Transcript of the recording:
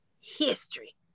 history